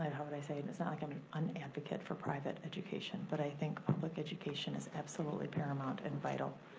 how would i say this? not like i'm an un-advocate for private education, but i think public education is absolutely paramount and vital.